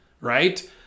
right